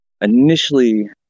initially